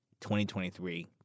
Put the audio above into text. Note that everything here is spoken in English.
2023